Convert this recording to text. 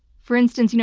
for instance, you know